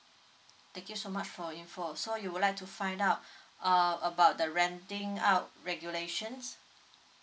thank you so much for info so you would like to find out uh about the renting out regulations